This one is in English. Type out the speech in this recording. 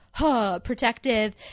protective